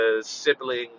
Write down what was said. siblings